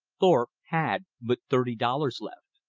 thorpe had but thirty dollars left.